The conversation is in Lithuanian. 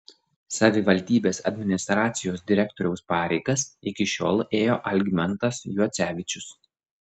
savivaldybės administracijos direktoriaus pareigas iki šiol ėjo algimantas juocevičius